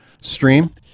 stream